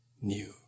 new